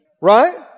Right